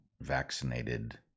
vaccinated